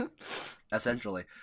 Essentially